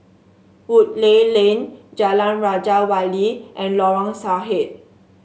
Woodleigh Lane Jalan Raja Wali and Lorong Sarhad